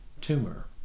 tumor